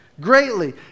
greatly